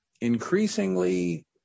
increasingly